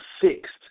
fixed